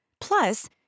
Plus